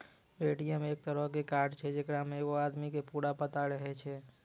ATM एक तरहो के कार्ड छै जेकरा मे एगो आदमी के पूरा पता रहै छै